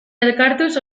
elkartuz